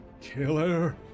killer